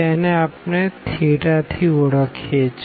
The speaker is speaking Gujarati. તેને આપણે થેટા થી ઓળખીએ છે